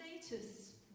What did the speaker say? status